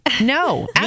No